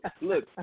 Look